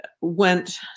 went